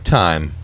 time